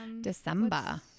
December